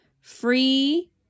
free